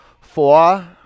four